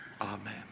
Amen